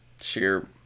sheer